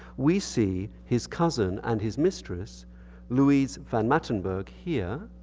we see his cousin and his mistress louise vanmattenberg here,